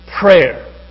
prayer